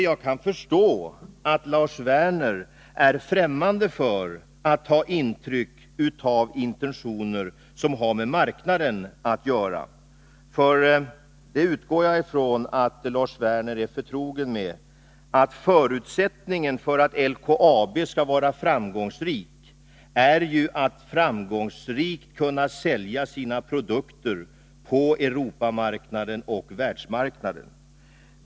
Jag kan förstå att Lars Werner är främmande för att ta intryck av intentioner som har med marknaden att göra, men jag utgår ifrån att Lars Werner är förtrogen med att förutsättningen för att LKAB skall vara framgångsrikt är att företaget framgångsrikt kan sälja sina produkter på Europamarknaden och världsmarknaden.